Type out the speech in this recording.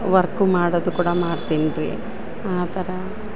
work ಮಾಡೋದು ಕೂಡ ಮಾಡ್ತಿನಿ ರಿ ಆ ಥರ